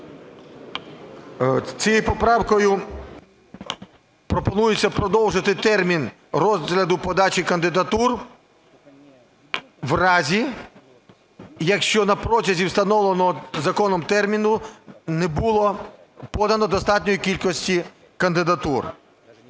Цією поправкою пропонується продовжити термін розгляду подачі кандидатур в разі, якщо на протязі встановленого законом терміну не було подано достатньої кількості кандидатур.